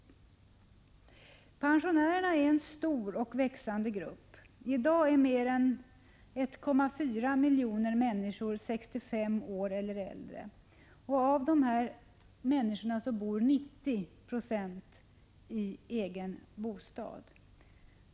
Pensionärerna är en stor och växande grupp. I dag är mer än 1,4 miljoner människor 65 år eller äldre. Av dessa bor nära 90 Yo i egen bostad.